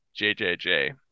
JJJ